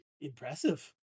Impressive